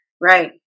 Right